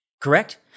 correct